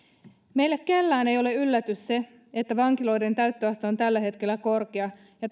meille kenellekään ei ole yllätys se että vankiloiden täyttöaste on tällä hetkellä korkea ja